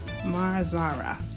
Marzara